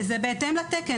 זה בהתאם לתקן,